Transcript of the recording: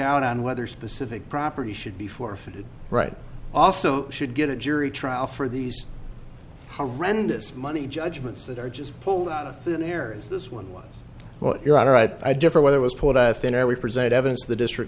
out on whether specific property should be forfeited right also should get a jury trial for these horrendous money judgments that are just pulled out of thin air as this one was well your honor i differ whether was pulled out of thin air we presented evidence to the district